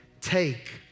Take